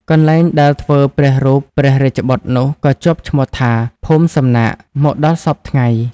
កន្លែងដែលធ្វើព្រះរូបព្រះរាជបុត្រនោះ ក៏ជាប់ឈ្មោះថា ភូមិសំណាក មកដល់សព្វថ្ងៃ ។